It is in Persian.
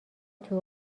توی